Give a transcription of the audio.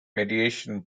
mediation